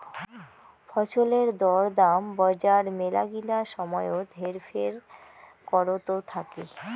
ফছলের দর দাম বজার মেলাগিলা সময়ত হেরফের করত থাকি